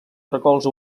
recolza